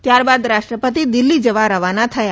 ત્યારબાદ રાષ્ટ્રપતિ દિલ્હી જવા રવાના થયા